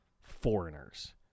foreigners